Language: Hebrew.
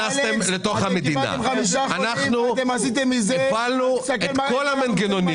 אתם קיבלתם חמישה חולים ועשיתם מזה --- אנחנו הפעלנו את כל המנגנונים